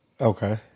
Okay